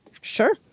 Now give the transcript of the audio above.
Sure